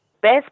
best